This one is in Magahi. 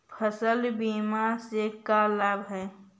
फसल बीमा से का लाभ है?